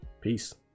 Peace